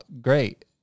great